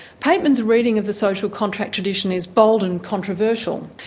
pateman's reading of the social contract tradition is bold and controversial,